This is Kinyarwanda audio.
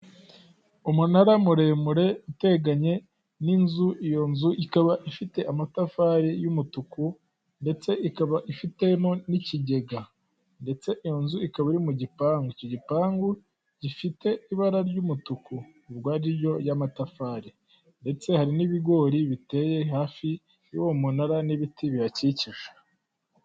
Umunara muremure uteganye n'inzu, iyo nzu ikaba ifite amatafari y'umutuku ndetse ikaba ifitemo n'ikigega, ndetse iyo nzu ikaba iri mu gipangu. Icyo gipangu gifite ibara ry'umutuku ubwo ariryo ry'amatafari, ndetse hari n'ibigori biteye hafi y'uwo munara n'ibiti bihakikije.